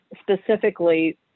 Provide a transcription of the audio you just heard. specifically